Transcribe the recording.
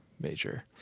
major